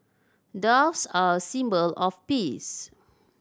doves are a symbol of peace